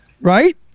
Right